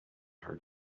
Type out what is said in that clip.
her